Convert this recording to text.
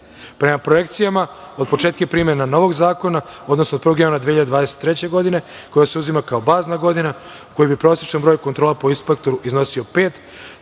2,65.Prema projekcijama od početka primene novog zakona, odnosno od 1. januara 2023. godine koja se uzima kao bazna godina, u kojoj bi prosečan broj kontrola po inspektoru iznosio pet